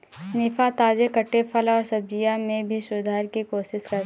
निफा, ताजे कटे फल और सब्जियों में भी सुधार की कोशिश करता है